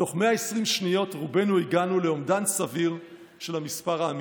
בתוך 120 שניות רובנו הגענו לאומדן סביר של המספר האמיתי.